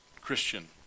Christian